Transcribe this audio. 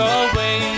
away